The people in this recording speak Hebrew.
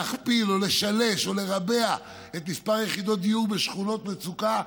להכפיל או לשלש או לרבע את מספר יחידות הדיור בשכונות מצוקה,